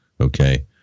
okay